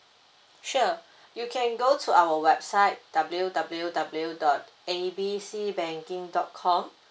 sure you can go to our website W W W dot A B C banking dot com